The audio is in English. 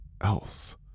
else